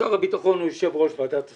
שר הביטחון הוא יושב ראש ועדת השרים,